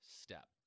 step